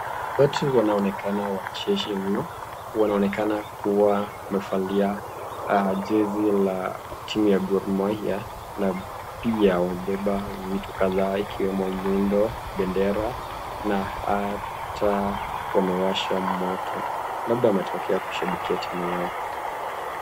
Watu wanaonekana wacheshi mno, wanaonekana kuwa wamevalia jezi la tlmu ya Gor Maiya na pia wamebeba vitu kathaa yakiwemo nyundo, bendera na hata wamewasha moto. Labda wametoka kushabikia timu yao.